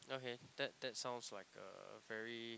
okay that that sounds like a very